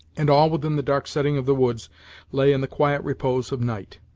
and all within the dark setting of the woods lay in the quiet repose of night.